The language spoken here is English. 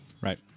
right